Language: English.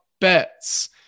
BETS